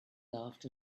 laughed